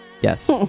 Yes